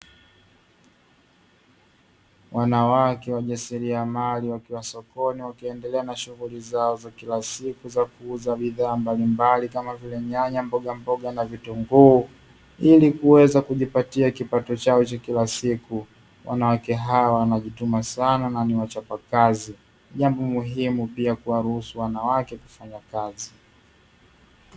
Wanawake wajasiliamali wakiwa sokoni wakiendelea na shughuli zao za kila siku za kuuza bidhaa mbalimbali, kama vile nyanya, mboga mboga na vitunguu ili kuweza kujipatia kipato chao cha kila siku. Wanawake hawa wanajituma sana na ni wachapakazi jambo muhimu pia kuwaruhusu kufanya kazi.